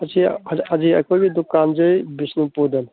ꯍꯧꯖꯤꯛ ꯑꯩꯈꯣꯏꯒꯤ ꯗꯨꯀꯥꯟꯁꯦ ꯕꯤꯁꯅꯨꯄꯨꯔꯗꯅꯦ